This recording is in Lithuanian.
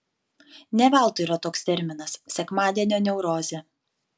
ne veltui yra toks terminas sekmadienio neurozė